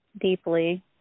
deeply